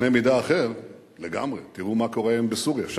בקנה מידה אחר לגמרי, תראו מה קורה היום בסוריה.